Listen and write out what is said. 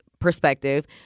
perspective